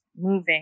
moving